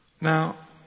Now